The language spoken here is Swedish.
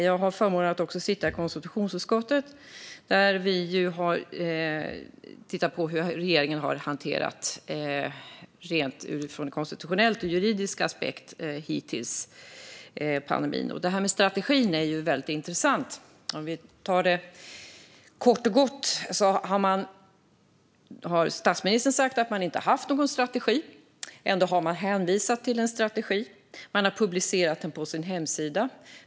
Jag har förmånen att också sitta i konstitutionsutskottet, där vi från konstitutionell och juridisk aspekt har tittat på hur regeringen har hanterat pandemin hittills. Kort och gott har statsministern sagt att man inte har haft någon strategi. Ändå har man hänvisat till en strategi. Man har publicerat den på sin hemsida.